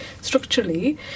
structurally